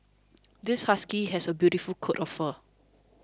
this husky has a beautiful coat of fur